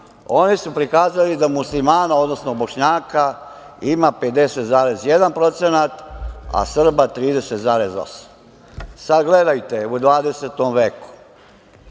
oni su prikazali da muslimana, odnosno bošnjaka ima 50,1%, a Srba 30,8%.Sada gledajte, u 20. veku,